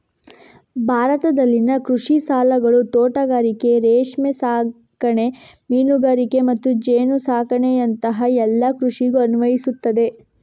ಭಾರತದಲ್ಲಿನ ಕೃಷಿ ಸಾಲಗಳು ತೋಟಗಾರಿಕೆ, ರೇಷ್ಮೆ ಸಾಕಣೆ, ಮೀನುಗಾರಿಕೆ ಮತ್ತು ಜೇನು ಸಾಕಣೆಯಂತಹ ಎಲ್ಲ ಕೃಷಿಗೂ ಅನ್ವಯಿಸ್ತದೆ